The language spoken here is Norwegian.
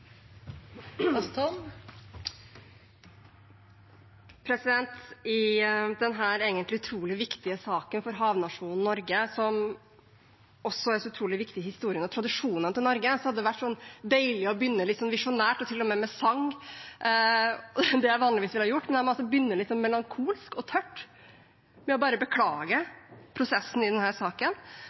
så utrolig viktig i historien og tradisjonene til Norge, hadde det vært deilig å begynne litt visjonært og til og med med sang – det jeg vanligvis ville ha gjort. Men jeg må begynne litt melankolsk og tørt med bare å beklage prosessen i denne saken